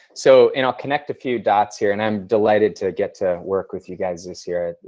so and i'll connect a few dots here, and i'm delighted to get to work with you guys this year.